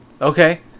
Okay